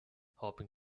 hoping